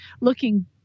Looking